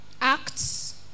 Acts